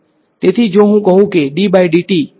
તેથી જો હું કહું કે મને શુ મળવુ જોઈએ